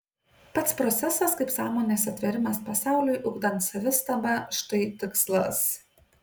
pats procesas kaip sąmonės atvėrimas pasauliui ugdant savistabą štai tikslas